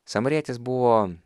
samarietis buvo